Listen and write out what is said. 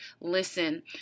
listen